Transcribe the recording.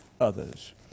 others